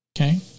okay